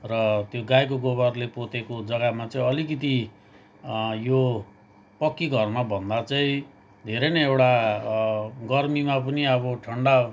र त्यो गाईको गोबरले पोतेको जग्गामा चाहिँ अलिकति यो पक्की घरमा भन्दा चाहिँ धेरै नै एउटा गर्मीमा पनि अब ठण्डा